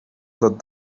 that